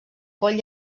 coll